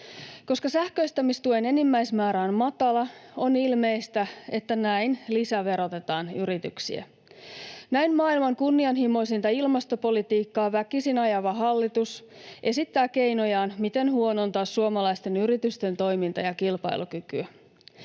Koska sähköistämistuen enimmäismäärä on matala, on ilmeistä, että näin lisäverotetaan yrityksiä. Näin maailman kunnianhimoisinta ilmastopolitiikkaa väkisin ajava hallitus esittää keinojaan, miten huonontaa suomalaisten yritysten toimintaa ja kilpailukykyä.